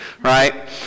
right